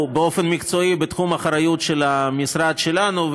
באופן מקצועי בתחום האחריות של המשרד שלנו,